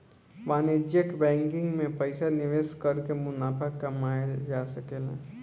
वाणिज्यिक बैंकिंग में पइसा निवेश कर के मुनाफा कमायेल जा सकेला